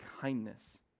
kindness